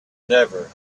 never